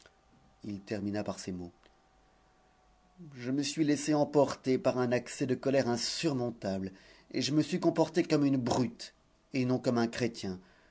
il termina par ces mots je me suis laissé emporter par un accès de colère insurmontable et je me suis comporté comme une brute et non comme un chrétien